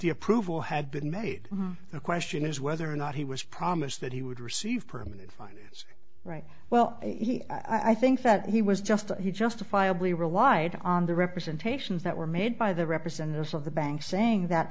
e approval had been made the question is whether or not he was promised that he would receive permanent financing right well he i think that he was just he justifiably relied on the representations that were made by the representatives of the bank saying that